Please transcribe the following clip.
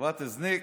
חברת הזנק,